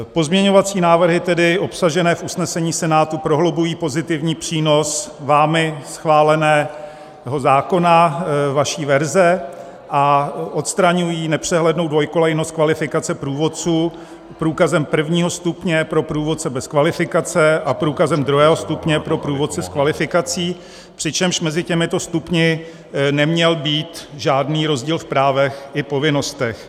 Pozměňovací návrhy obsažené v usnesení Senátu prohlubují pozitivní přínos vámi schváleného zákona, vaší verze, a odstraňují nepřehlednou dvoukolejnost kvalifikace průvodců průkazem prvního stupně pro průvodce bez kvalifikace a průkazem druhého stupně pro průvodce s kvalifikací, přičemž mezi těmito stupni neměl být žádný rozdíl v právech i povinnostech.